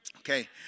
Okay